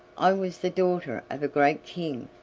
i was the daughter of a great king.